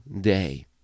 day